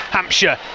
Hampshire